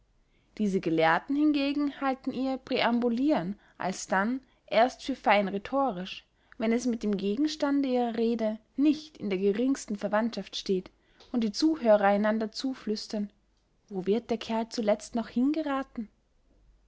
diese gelehrten hingegen halten ihr präambulieren alsdann erst für feinrhetorisch wenn es mit dem gegenstande ihrer rede nicht in der geringsten verwandschaft steht und die zuhörer einander zuflüstern wo wird der kerl zuletzt noch hingerathen